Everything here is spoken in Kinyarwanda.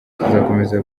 tuzakomeza